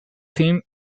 team